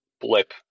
blip